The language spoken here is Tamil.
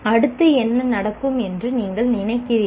அடுத்து என்ன நடக்கும் என்று நீங்கள் நினைக்கிறீர்கள்